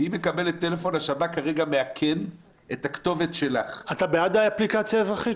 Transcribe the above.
ואומרים לה שהשב"כ מאכן את הכתובת שלה -- אתה בעד האפליקציה האזרחית?